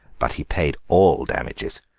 but he paid all damages.